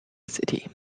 city